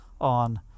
on